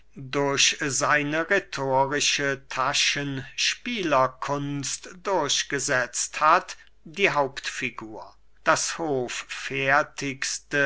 durch seine rhetorische taschenspielerkunst durchgesetzt hat die hauptfigur das